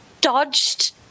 dodged